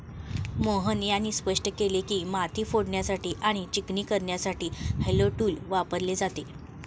मोहन यांनी स्पष्ट केले की, माती फोडण्यासाठी आणि चिकणी करण्यासाठी हॅरो टूल वापरले जाते